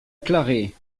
clarée